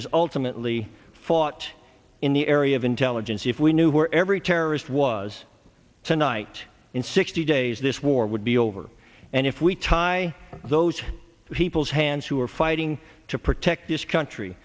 is ultimately fought in the area of intelligence if we knew where every terrorist was tonight in sixty days this war would be over and if we tie those people's hands who are fighting to protect this country